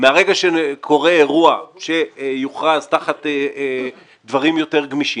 מהרגע שקורה אירוע שיוכרז תחת דברים יותר גמישים.